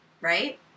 right